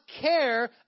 care